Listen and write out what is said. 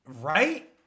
Right